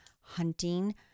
hunting